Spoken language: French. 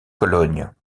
cologne